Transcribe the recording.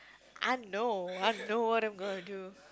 I know I know what I'm gonna do